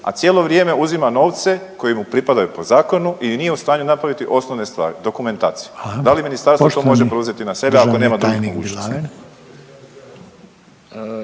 a cijelo vrijeme uzima novce koji mu pripadaju po zakonu i nije u stanju napraviti osnovne stvari, dokumentaciju. Da li ministarstvo to može preuzeti na sebe ako nema drugih